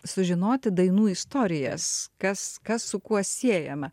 sužinoti dainų istorijas kas kas su kuo siejama